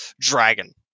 dragon